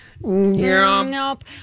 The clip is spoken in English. Nope